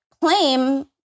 claim